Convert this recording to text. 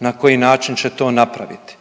na koji način će to napraviti,